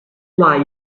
why